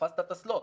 תפסת את הסלוט,